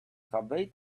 subway